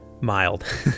mild